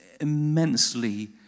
immensely